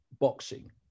boxing